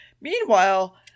Meanwhile